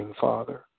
Father